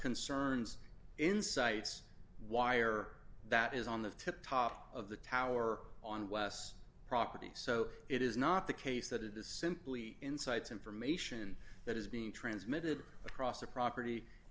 concerns incites wire that is on the tip top of the tower on wes property so it is not the case that it is simply insights information that is being transmitted across the property